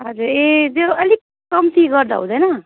हजुर ए त्यो अलिक कम्ती गर्दा हुँदैन